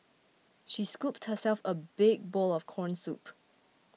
she scooped herself a big bowl of Corn Soup